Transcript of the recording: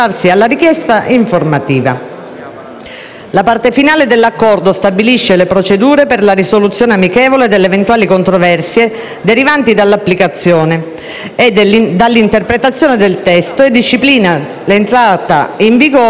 La parte finale dell'Accordo stabilisce le procedure per la risoluzione amichevole delle eventuali controversie derivanti dall'applicazione e dall'interpretazione del testo e disciplina l'entrata in vigore e la modalità di denuncia.